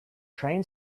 train